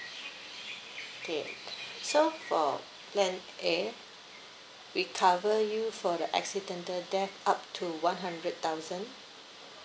K so for plan A we cover you for the accidental death up to one hundred thousand